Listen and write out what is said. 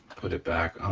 put it back on